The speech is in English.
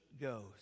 goes